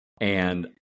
And-